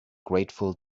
grateful